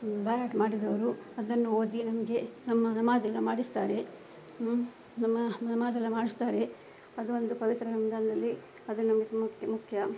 by heart ಮಾಡಿದವರು ಅದನ್ನು ಓದಿ ನಮಗೆ ನಮ್ಮ ನಮಾಜೆಲ್ಲ ಮಾಡಿಸ್ತಾರೆ ನಮ್ಮ ನಮಾಜೆಲ್ಲ ಮಾಡಿಸ್ತಾರೆ ಅದು ಒಂದು ಪವಿತ್ರ ರಂಜಾನಲ್ಲಿ ಅದು ನಮಗೆ ಮುಖ್ಯ